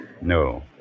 No